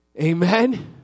amen